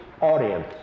audience